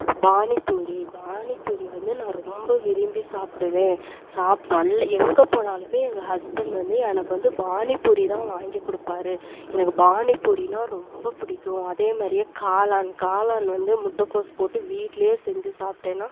பானிபூரி பானிபூரி வந்து நான் ரொம்ப விரும்பி சாப்பிடுவேன் சாப் நல்ல எங்கே போனாலுமே எங்கள் ஹஸ்பண்ட் வந்து எனக்கு வந்து பானிபூரி தான் வாங்கிக் கொடுப்பாரு எனக்கு பானிபூரினால் ரொம்ப பிடிக்கும் அதே மாதிரியே காளான் காளான் வந்து முட்டைகோஸ் போட்டு வீட்டிலே செஞ்சு சாப்பிட்டேன்னா